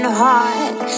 heart